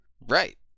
Right